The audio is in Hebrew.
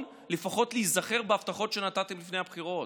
לפחות להיזכר בהבטחות שנתתם לפני הבחירות.